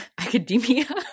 academia